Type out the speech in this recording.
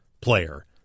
player